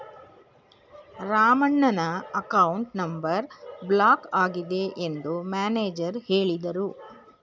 ರಾಮಣ್ಣನ account number block ಆಗಿದೆ ಎಂದು manager ಹೇಳಿದರು